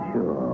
Sure